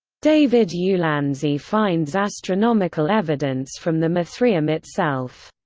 david ulansey finds astronomical evidence from the mithraeum itself.